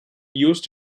used